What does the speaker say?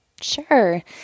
Sure